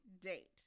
date